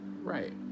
Right